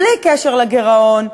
בלי קשר לגירעון,